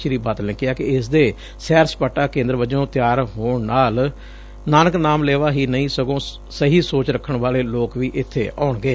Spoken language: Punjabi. ਸ੍ਰੀ ਬਾਦਲ ਨੇ ਕਿਹਾ ਇਸ ਦੇ ਸੈਰ ਸਪਾਟਾ ਕੇਂਦਰ ਵਜੋਂ ਤਿਆਰ ਹੋਣ ਨਾਲ ਨਾਨਕ ਨਾਮ ਲੇਵਾ ਹੀ ਨਹੀਂ ਸਹੀ ਸੋਚ ਰੱਖਣ ਵਾਲੇ ਲੋਕ ਵੀ ਇਥੇ ਆਉਣਗੇ